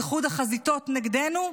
איחוד החזיתות נגדנו?